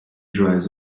drives